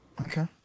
Okay